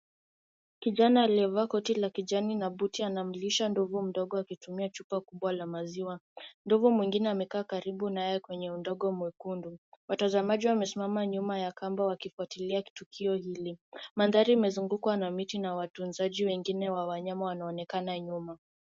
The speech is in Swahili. Kijana aliyevaa koti la kijani na boot ,anamlisha ndovu mdogo akitumia chupa kubwa ya maziwa. Ndovu mwingine amekaa karibu naye kwenye udongo mwekundu. Watazamaji wamesimama nyuma ya kamba wakifuatilia tukio hili. Mandhari imezungukwa na miti na watunzaji wengine wa wanyama wanaonekana nyuma.